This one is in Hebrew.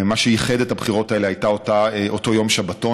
מה שייחד את הבחירות האלה היה אותו יום שבתון,